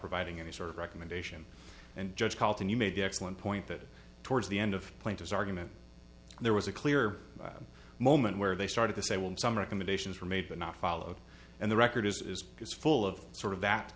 providing any sort of recommendation and judge called and you made the excellent point that towards the end of plaintiff's argument there was a clear moment where they started to say when some recommendations are made but not followed and the record is is full of sort of that